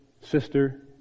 sister